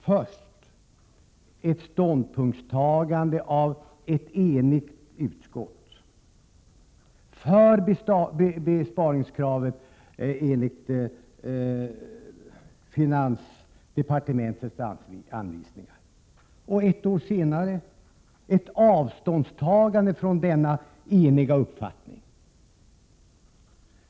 Först förelåg ett ställningstagande av ett enigt utskott för besparingskravet enligt finansdepartementets anvisningar. Ett år senare kommer ett avståndstagande från denna uppfattning.